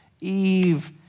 Eve